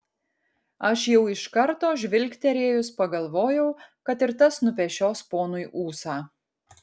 aš jau iš karto žvilgterėjus pagalvojau kad ir tas nupešios ponui ūsą